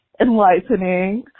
enlightening